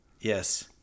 Yes